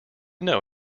know